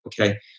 okay